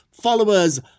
followers